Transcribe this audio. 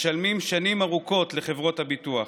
משלמים שנים ארוכות לחברות הביטוח,